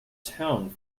town